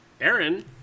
Aaron